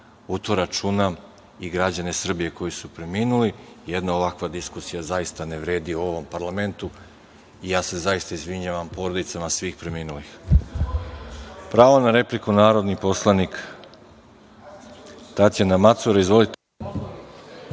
to računam i građane Srbije koji su preminuli. Jedan ovakva diskusija zaista ne vredi ovom parlamentu i ja se zaista izvinjavam porodicama svih preminulih. Pravo na repliku, narodni poslanik Tatjana Macura. Izvolite.